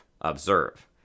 Observe